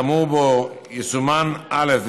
האמור בו יסומן "(א)",